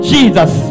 Jesus